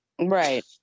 Right